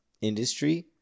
industry